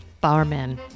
Barman